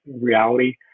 reality